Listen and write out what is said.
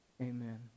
Amen